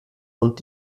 und